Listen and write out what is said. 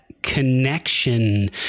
Connection